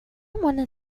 wanted